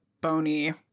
bony